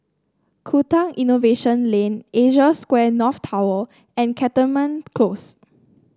Tukang Innovation Lane Asia Square North Tower and Cantonment Close